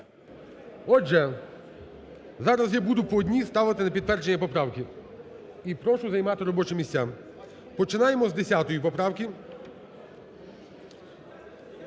Отже, зараз я буду по одній ставити на підтвердження поправки. І прошу займати робочі місця. Починаємо з 10 поправки.